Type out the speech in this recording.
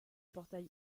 portail